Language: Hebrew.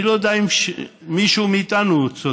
אני לא יודע אם מישהו מאיתנו צודק,